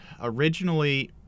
originally